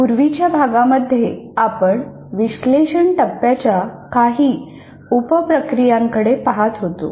पूर्वीच्या भागामध्ये आपण विश्लेषण टप्प्याच्या काही उप प्रक्रियांकडे पाहत होतो